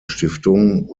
stiftung